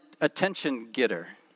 attention-getter